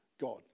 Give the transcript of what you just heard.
God